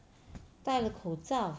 戴个口罩